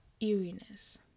eeriness